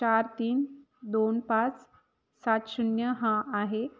चार तीन दोन पाच सात शून्य हा आहे